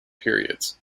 periods